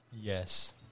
Yes